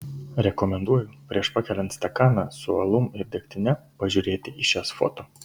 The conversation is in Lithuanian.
rekomenduoju prieš pakeliant stakaną su alum ir degtine pažiūrėti į šias foto